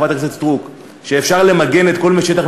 חברת הכנסת סטרוק שאפשר למגן את כל שטח